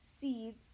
seeds